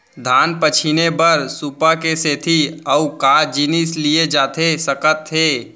धान पछिने बर सुपा के सेती अऊ का जिनिस लिए जाथे सकत हे?